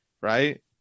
Right